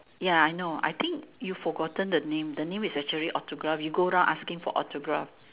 ya I know I think you forgotten the name the name is actually autograph you go down asking for autograph